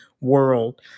world